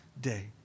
day